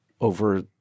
over